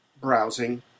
browsing